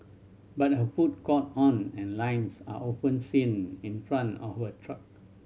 but her food caught on and lines are often seen in front of her truck